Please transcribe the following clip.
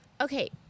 okay